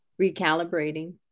recalibrating